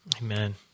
Amen